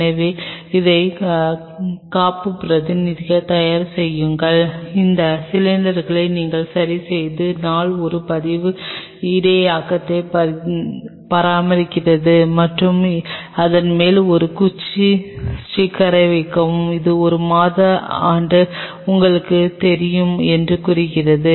எனவே இந்த காப்புப்பிரதிகளை தயார் செய்யுங்கள் இந்த சிலிண்டர்களை நீங்கள் சரிசெய்யும் நாள் ஒரு பதிவு இடையகத்தை பராமரிக்கிறது மற்றும் அதன் மேல் ஒரு குச்சி ஸ்டிக்கரை வைக்கவும் இது ஒரு மாத மாத ஆண்டு உங்களுக்குத் தெரியும் என்று கூறியது